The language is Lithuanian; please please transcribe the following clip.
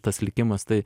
tas likimas tai